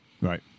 Right